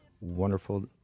Wonderful